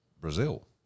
Brazil